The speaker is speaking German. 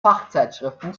fachzeitschriften